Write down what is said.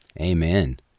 Amen